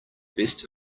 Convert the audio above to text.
best